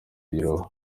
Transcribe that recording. byagaragaye